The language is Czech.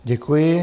Děkuji.